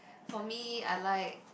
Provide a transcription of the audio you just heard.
for me I like